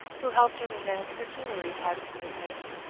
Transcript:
who helped him in the perfumery part of his business,